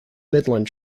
midland